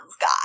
guy